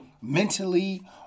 mentally